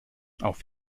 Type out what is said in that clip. auf